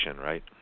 right